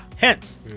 Hence